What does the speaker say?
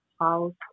house